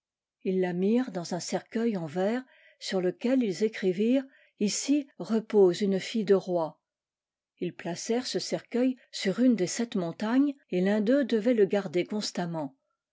ils la mirent dans un cercueil en verre sur lequel ils écrivirent ici repose une fille de roi ils placèrent ce cercueil sur une des sept montagnes et l'un d'eux devait le garder constamment